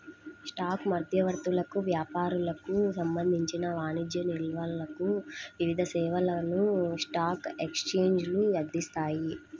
stock మధ్యవర్తులకు, వ్యాపారులకు సంబంధించిన వాణిజ్య నిల్వలకు వివిధ సేవలను స్టాక్ ఎక్స్చేంజ్లు అందిస్తాయి